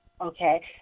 okay